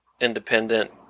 independent